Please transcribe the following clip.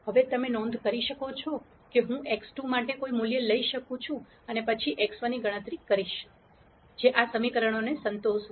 હવે તમે નોંધ કરી શકો છો કે હું x2 માટે કોઈ મૂલ્ય લઈ શકું છું અને પછી x1 ની ગણતરી કરીશ જે આ સમીકરણને સંતોષશે